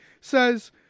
says